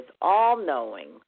all-knowing